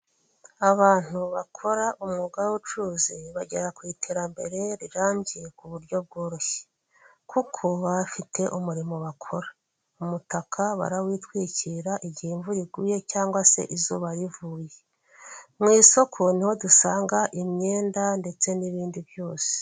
Abantu bakora umwuga w'ubucuruzi bagera ku iterambere rirambye ku buryo bworoshye kuko bafite umurimo bakora, umutaka barawitwikira igihe imvura iguye cyangwa se izuba rivuye mu isoko niho dusanga imyenda ndetse n'ibindi byose.